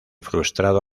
frustrado